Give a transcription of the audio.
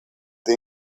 the